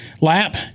lap